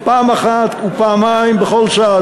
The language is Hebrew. פעם אחת ופעמיים בכל צד,